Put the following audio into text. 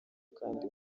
kandi